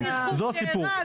זה הסיפור.